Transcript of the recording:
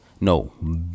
No